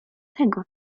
tego